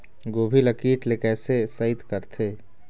गोभी ल कीट ले कैसे सइत करथे?